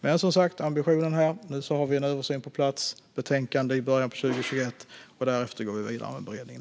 Men som sagt: Ambitionen finns, och vi har en översyn på plats och ett betänkande i början av 2021. Därefter går vi vidare med beredningen.